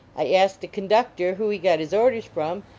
i asked a conductor who he got his orders from,